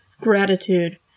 Gratitude